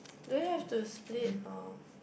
do you have to split or